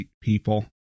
people